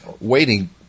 waiting